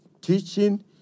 teaching